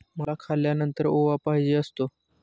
मला खाल्यानंतर ओवा पाहिजे असतो